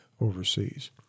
overseas